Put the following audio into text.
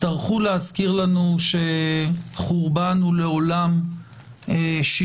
טרחו להזכיר לנו שחורבן הוא לעולם שילוב